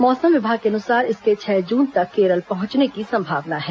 मौसम विभाग के अनुसार इसके छह जून तक केरल पहंचने की संभावना है